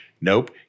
Nope